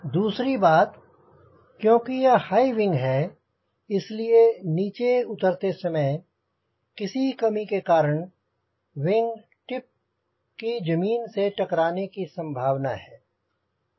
दूसरी बात क्योंकि यह हाईविंग है इसलिए नीचे उतरते समय किसी कमी के कारण विंग टिप की जमीन से टकराने की संँभावना है